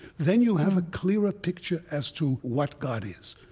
then you have a clearer picture as to what god is.